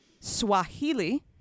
Swahili